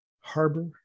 Harbor